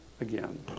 again